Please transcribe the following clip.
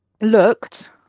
looked